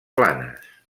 planes